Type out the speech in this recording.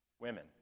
women